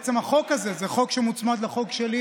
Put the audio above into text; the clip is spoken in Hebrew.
בעצם החוק הזה זה חוק שמוצמד לחוק שלי,